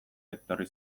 etorri